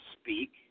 speak